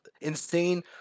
Insane